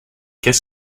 qu’est